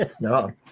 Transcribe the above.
No